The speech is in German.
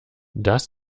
das